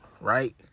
right